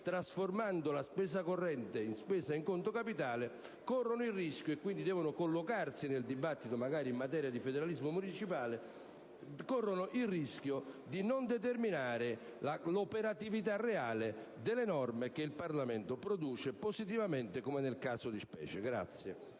trasformando la spesa corrente in spesa in conto capitale, e quindi collocandosi nel dibattito magari in materia di federalismo municipale, si corre il rischio di non determinare l'operatività reale delle norme che il Parlamento produce positivamente, come nel caso di specie.